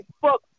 fuck